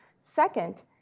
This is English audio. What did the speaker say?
Second